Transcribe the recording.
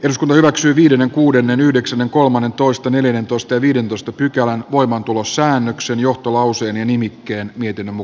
eduskunta hyväksyy viidennen kuudennen yhdeksännen kolmannentoista neljäntoista viidentoista pykälän voimaantulosäännöksen johtuva usein ja nimikkeen miten emu